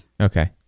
Okay